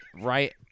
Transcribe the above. Right